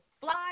fly